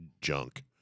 junk